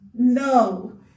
No